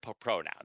pronouns